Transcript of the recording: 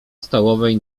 stołowej